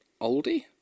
oldie